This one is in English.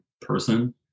person